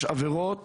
יש עבירות